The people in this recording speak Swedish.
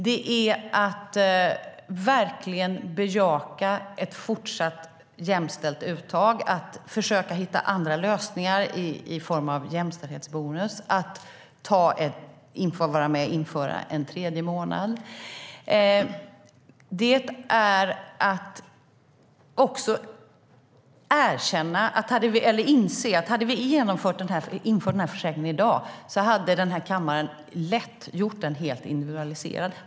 Det är att verkligen bejaka ett fortsatt jämställt uttag, att försöka hitta andra lösningar i form av jämställdhetsbonus, att vara med och införa en tredje månad i föräldraförsäkringen. Det är också att inse att om vi hade genomfört den här försäkringen i dag så hade kammaren lätt gjort den helt individualiserad.